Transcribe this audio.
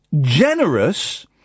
generous